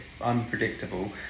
unpredictable